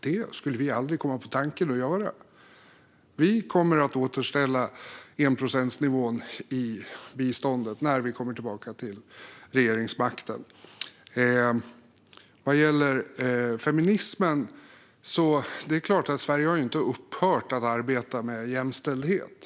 Det skulle vi aldrig komma på tanken att göra. Vi kommer att återställa enprocentsnivån i biståndet när vi kommer tillbaka till regeringsmakten. Vad gäller feminism är det klart att Sverige inte har upphört att arbeta med jämställdhet.